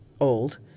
old